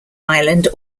island